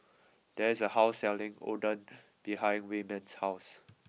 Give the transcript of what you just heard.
there is a house selling Oden behind Wayman's house